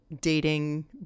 dating